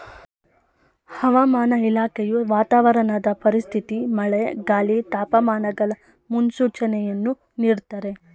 ಹವಾಮಾನ ಇಲಾಖೆಯು ವಾತಾವರಣದ ಪರಿಸ್ಥಿತಿ ಮಳೆ, ಗಾಳಿ, ತಾಪಮಾನಗಳ ಮುನ್ಸೂಚನೆಯನ್ನು ನೀಡ್ದತರೆ